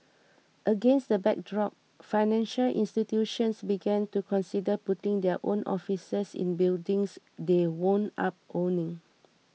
against that backdrop financial institutions began to consider putting their own offices in buildings they wound up owning